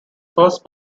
first